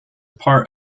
part